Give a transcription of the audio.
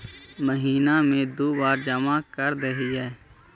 महिना मे दु बार जमा करदेहिय?